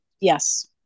yes